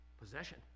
possession